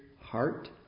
heart